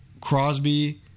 Crosby